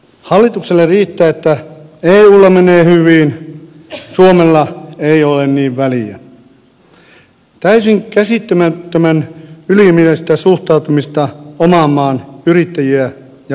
hallitukselle riittää että eulla menee hyvin suomella ei ole niin väliä täysin käsittämättömän ylimielistä suhtautumista oman maan yrittäjiä ja kansalaisia kohtaan